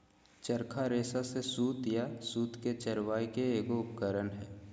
चरखा रेशा से सूत या सूत के चरावय के एगो उपकरण हइ